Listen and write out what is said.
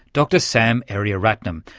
dr sam ariaratnam,